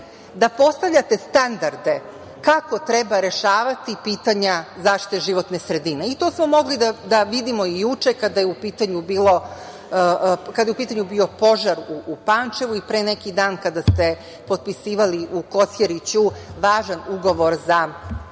da postavljate standarde kako treba rešavati pitanja zaštite životne sredine i to smo mogli da vidimo i juče kada je u pitanju bio požar u Pančevu i pre neki dan kada ste potpisivali u Kosjeriću važan ugovor za zamenu